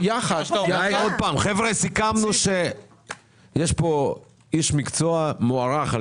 חבר'ה סיכמנו שיש פה איש מקצוע שמוערך על